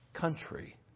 country